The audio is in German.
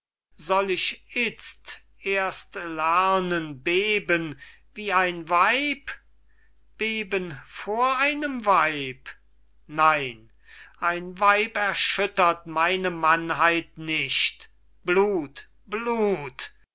soll ich itzt erst lernen beben wie ein weib beben vor einem weib nein ein weib erschüttert meine mannheit nicht blut blut